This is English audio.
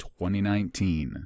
2019